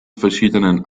verschiedenen